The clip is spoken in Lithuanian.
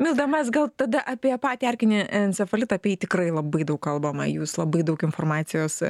milda mes gal tada apie patį erkinį encefalitą apie jį tikrai labai daug kalbama jūs labai daug informacijos